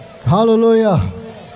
Hallelujah